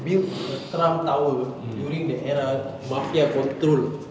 built a trump tower during the era mafia control